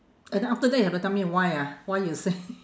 and then after that you have to tell me why ah why you say